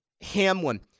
Hamlin